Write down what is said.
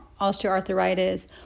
osteoarthritis